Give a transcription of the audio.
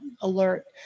alert